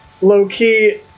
low-key